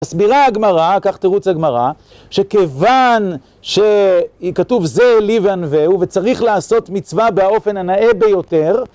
מסבירה הגמרא, כך תירוץ הגמרא, שכיוון שכתוב זה לי וענווהו, וצריך לעשות מצווה באופן הנאה ביותר,